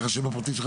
מה שמך הפרטי?